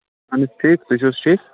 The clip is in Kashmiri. اَہَن حظ ٹھیٖک تُہۍ چھُو حظ ٹھیٖک